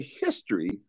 history